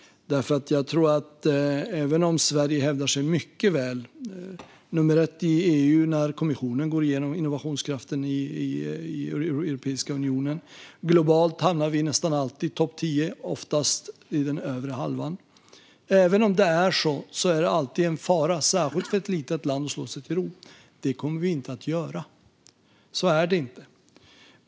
Sverige hävdar sig mycket väl. Sverige är nummer ett i EU när kommissionen går igenom innovationskraften i Europeiska unionen. Globalt hamnar vi nästan alltid bland topp tio, oftast i den övre halvan. Även om det är så är det alltid en fara, särskilt för ett litet land, att slå sig till ro. Det kommer vi inte att göra.